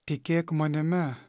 tikėk manimi